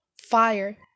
fire